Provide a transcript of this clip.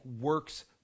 works